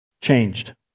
changed